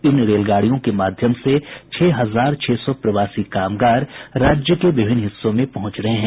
इन रेलगाड़ियों के माध्यम से छह हजार छह सौ प्रवासी कामगार राज्य के विभिन्न हिस्सों में पहुंच रहे हैं